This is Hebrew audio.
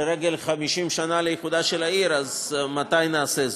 לרגל 50 שנה לאיחודה של העיר, אז מתי נעשה זאת?